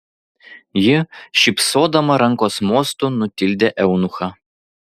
ji šypsodama rankos mostu nutildė eunuchą